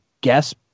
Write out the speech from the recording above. guess